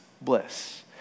bliss